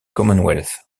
commonwealth